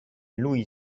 lui